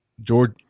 George